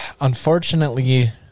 unfortunately